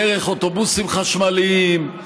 דרך אוטובוסים חשמליים,